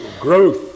growth